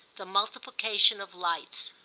the multiplication of lights.